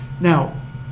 Now